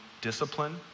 discipline